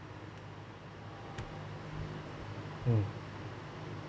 mm